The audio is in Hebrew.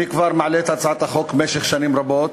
אני מעלה את הצעת החוק כבר שנים רבות.